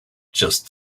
just